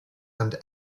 and